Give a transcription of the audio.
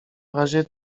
razie